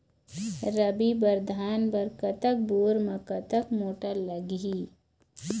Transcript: रबी बर धान बर कतक बोर म कतक मोटर लागिही?